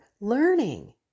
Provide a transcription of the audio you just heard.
learning